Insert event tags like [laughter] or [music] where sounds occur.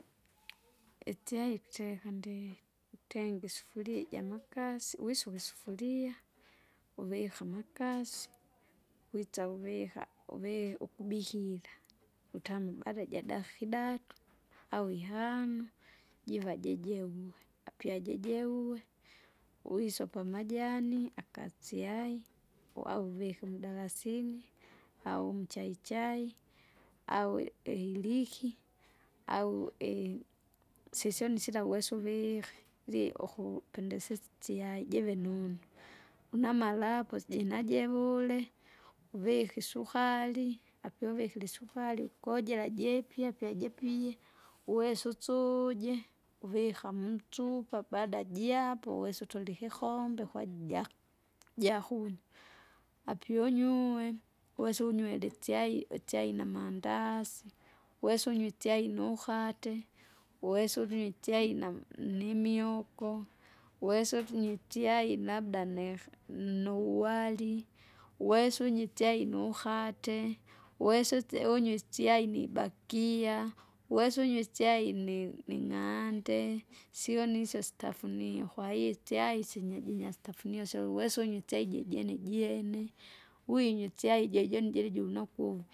Itsai tereka ndii, utenge isufuria ijamakasi wisuke isufuria, uvike amakasi, [noise] witsa uvika uvi- ukubihila, utamu baada jadafi ikidatu, au ihano, jiva jejeuve, apyajejeuwe, wisopa amajani akasyai, wauvike umdarasini, au umchaichai, au ihiliki, au i- sisyoni sila uwesa uvihe, ili uku- pendesetsya jive nunu. Une amalapo si- jina jevule, uvike isukari, apiuvikire isukari kujela jepya pyajipie, uwesa usuje, uvika mutsupa baada jiapo wesa utuli ikikombe kwajija, jakunywa, apyounyue, wesa unywele itsai itsai namandasi, wesa unywe itsyai nuhate, wesa unywe ichai nam- nimwoko, [noise] wesa unywe ichai labda neh- nuwari, [noise] uwesa unye ichai nuhate, [noise] wesautsi unywe itsyai nibakia, [noise] wesa unywe unywe ischai ni- ning'ande, sioni isyo sitafunio kwahiyo ichai sinya jinya sitafunio syouwesa unywe ichai jijene jiene. Winywe ischai jejene jilijunakuva.